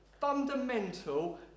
fundamental